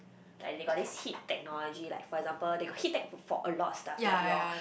like they got this heat technology like for example they got heat tech for a lot of stuff like your